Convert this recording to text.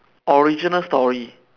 original story